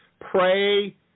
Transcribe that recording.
pray